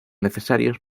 necesarios